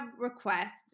request